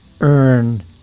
earn